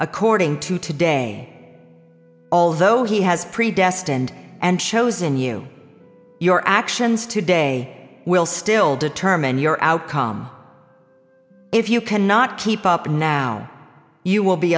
according to today although he has predestined and chosen you your actions today will still determine your outcome if you cannot keep up now you will be